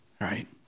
right